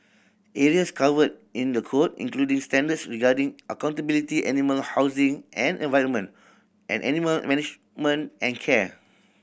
areas covered in the code including standards regarding accountability animal housing and environment and animal management and care